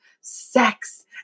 sex